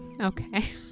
okay